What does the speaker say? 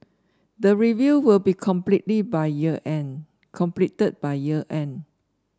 the review will be completely by year end completed by year end